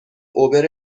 اوبر